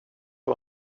var